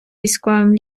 військовим